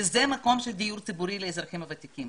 וזה המקום של הדיור הציבורי לאזרחים הוותיקים,